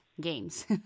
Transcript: Games